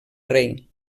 rei